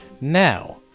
Now